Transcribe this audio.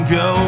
go